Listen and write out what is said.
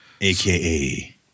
aka